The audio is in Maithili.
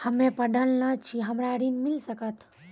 हम्मे पढ़ल न छी हमरा ऋण मिल सकत?